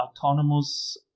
autonomous